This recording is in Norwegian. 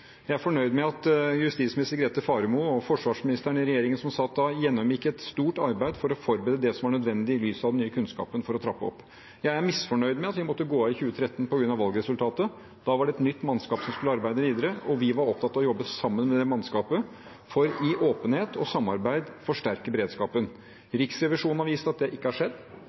Jeg er fornøyd med at daværende justisminister Grete Faremo og forsvarsministeren i regjeringen som satt da, gjennomgikk et stort arbeid for å forberede det som var nødvendig i lys av den nye kunnskapen, for å trappe opp. Jeg er misfornøyd med at vi måtte gå av i 2013 på grunn av valgresultatet. Da var det et nytt mannskap som skulle arbeide videre, og vi var opptatt av å jobbe sammen med det mannskapet for i åpenhet og samarbeid å forsterke beredskapen. Riksrevisjonen har vist at det ikke har skjedd.